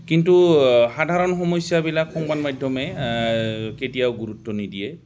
কিন্তু সাধাৰণ সমস্যাবিলাক সংবাদ মাধ্যমে কেতিয়াও গুৰুত্ব নিদিয়ে